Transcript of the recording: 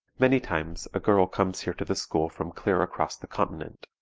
many times a girl comes here to the school from clear across the continent.